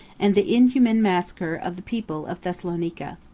and the inhuman massacre of the people of thessalonica.